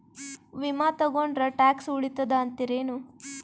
ವಿಮಾ ತೊಗೊಂಡ್ರ ಟ್ಯಾಕ್ಸ ಉಳಿತದ ಅಂತಿರೇನು?